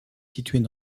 situées